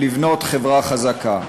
לבנות חברה חזקה.